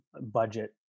Budget